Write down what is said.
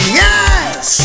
yes